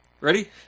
Ready